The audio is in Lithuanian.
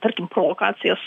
tarkim provokacijas